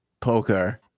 Poker